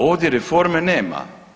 Ovdje reforme nema.